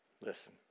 Listen